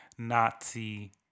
nazi